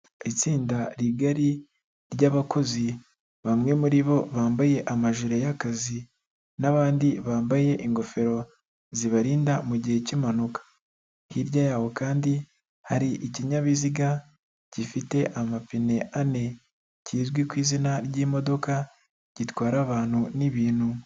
Itsinda rigari ry'abakozi, bamwe muri bo bambaye amajire y'akazi n'abandi bambaye ingofero zibarinda mu gihe cy'impanuka. Hirya yabo kandi hari ikinyabiziga gifite amapine ane, kizwi ku izina ry'imodoka, gitwara abantu n'ibintu.